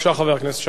חבר הכנסת שנאן,